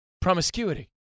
promiscuity